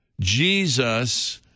Jesus